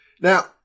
Now